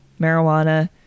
marijuana